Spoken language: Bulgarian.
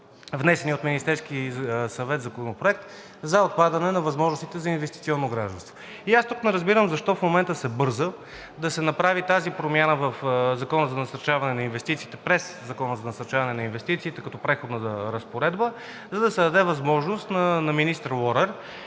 внесения от Министерския съвет законопроект за отпадане на възможностите за инвестиционно гражданство. И тук не разбирам защо в момента се бърза да се направи тази промяна в Закона за насърчаване на инвестициите – през Закона за насърчаване на инвестициите, като преходна разпоредба, за да се даде възможност на министър Лорер